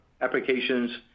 applications